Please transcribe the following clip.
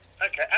Okay